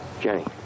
Jenny